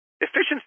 efficiency